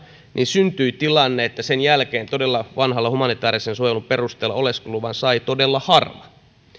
niin syntyi tilanne että sen jälkeen vanhan humanitäärisen suojelun perusteella oleskeluluvan sai todella harva